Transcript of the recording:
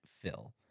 fill